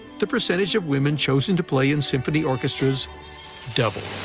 the percentage of women chosen to play in symphony orchestras doubled.